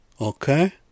okay